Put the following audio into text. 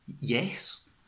yes